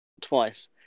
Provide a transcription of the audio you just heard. twice